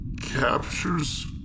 captures